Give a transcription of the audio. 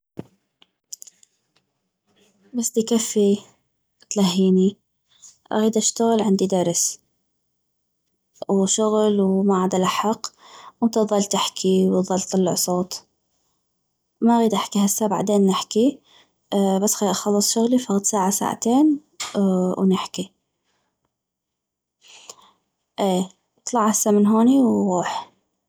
بس دكفي تلهيني اغيد اشتغل عندي درس وشغل وما عدلحق انت اظل تحكي وتظل وتطلع صوت ما اغيد احكي هسه بعدين نحكي بس خلي اخلص شغلي فغد ساعة ساعتين ونحكي اي اطلع هسه من هوني وغوح